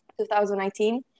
2019